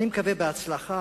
אני מקווה שבהצלחה,